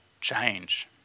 change